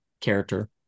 character